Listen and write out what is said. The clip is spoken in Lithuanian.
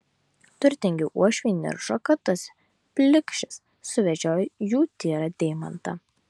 turtingi uošviai niršo kad tas plikšis suvedžiojo jų tyrą deimantą